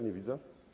Nie widzę.